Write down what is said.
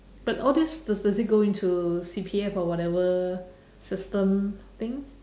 but all these does does it go into C_P_F or whatever system thing